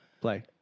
Play